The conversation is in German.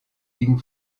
liegen